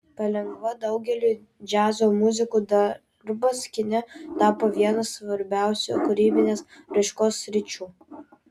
palengva daugeliui džiazo muzikų darbas kine tapo viena svarbiausių kūrybinės raiškos sričių